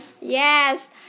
Yes